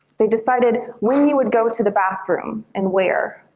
they decided when you would go to the bathroom and where.